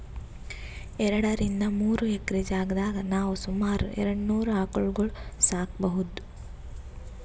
ಎರಡರಿಂದ್ ಮೂರ್ ಎಕ್ರೆ ಜಾಗ್ದಾಗ್ ನಾವ್ ಸುಮಾರ್ ಎರಡನೂರ್ ಆಕಳ್ಗೊಳ್ ಸಾಕೋಬಹುದ್